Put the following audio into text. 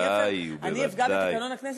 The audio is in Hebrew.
אני אפגע בתקנון הכנסת,